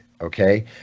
okay